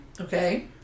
okay